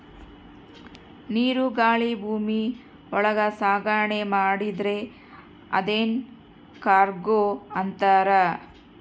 ನೀರು ಗಾಳಿ ಭೂಮಿ ಒಳಗ ಸಾಗಣೆ ಮಾಡಿದ್ರೆ ಅದುನ್ ಕಾರ್ಗೋ ಅಂತಾರ